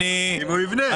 אם הוא יבנה.